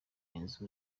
inzu